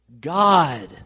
God